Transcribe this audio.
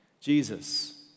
Jesus